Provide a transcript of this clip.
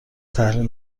تحلیل